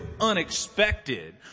unexpected